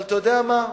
אבל אתה יודע מה?